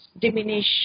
diminish